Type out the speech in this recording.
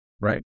Right